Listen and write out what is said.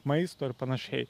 maisto ir panašiai